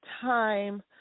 time